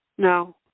No